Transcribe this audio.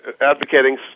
advocating